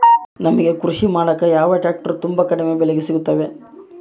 ನಮಗೆ ಕೃಷಿ ಮಾಡಾಕ ಯಾವ ಟ್ರ್ಯಾಕ್ಟರ್ ತುಂಬಾ ಕಡಿಮೆ ಬೆಲೆಗೆ ಸಿಗುತ್ತವೆ?